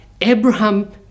Abraham